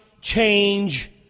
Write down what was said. change